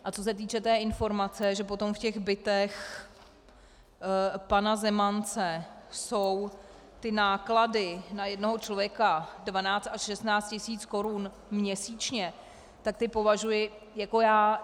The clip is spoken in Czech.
A co týče té informace, že potom v těch bytech pana Zemance jsou náklady na jednoho člověka 12 až 16 tisíc korun měsíčně, tak ty považuji, jako já...